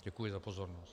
Děkuji za pozornost.